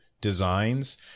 Designs